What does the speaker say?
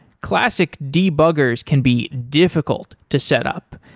classic debuggers can be difficult to set up.